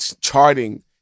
charting